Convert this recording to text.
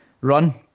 run